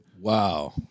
Wow